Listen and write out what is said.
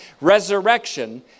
Resurrection